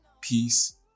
Peace